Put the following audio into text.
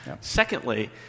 Secondly